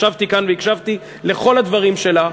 ישבתי כאן והקשבתי לכל הדברים שלה.